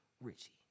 Richie